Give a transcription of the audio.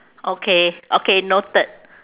okay okay noted